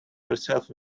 yourself